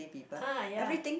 ah ya